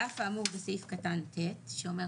יבוא: (יג) על אף האמור בסעיף קטן (ט), מחלים